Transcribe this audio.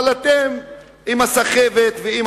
אבל אתם, עם הסחבת ועם